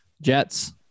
Jets